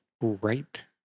Right